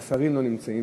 והשרים לא נמצאים,